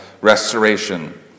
restoration